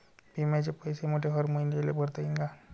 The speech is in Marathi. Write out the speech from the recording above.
बिम्याचे पैसे मले हर मईन्याले भरता येईन का?